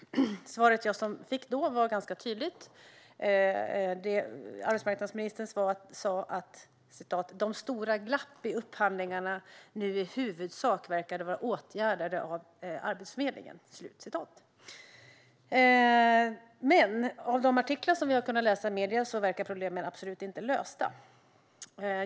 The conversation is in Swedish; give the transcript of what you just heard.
Svaret jag fick då var ganska tydligt. Arbetsmarknadsministern sa att "stora glapp i upphandlingarna nu i huvudsak verkar vara åtgärdade inom Arbetsförmedlingen". Men att döma av de artiklar som vi har kunnat läsa i medierna verkar problemen absolut inte vara lösta.